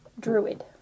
Druid